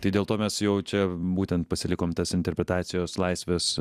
tai dėl to mes jau čia būtent pasilikom tas interpretacijos laisvės